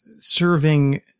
serving